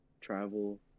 travel